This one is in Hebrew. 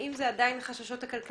האם אלה עדיין החששות הכלכליים?